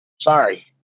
Sorry